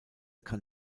kann